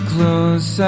Close